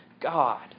God